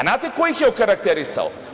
Znate ko ih je okarakterisao?